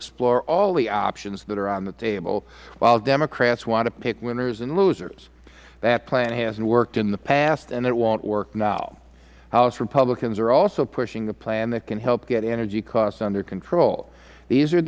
explore all the options that are on the table while the democrats want to pick winners and losers that plan hasn't worked in the past and it won't work now house republicans are also pushing a plan that can help get energy costs under control these are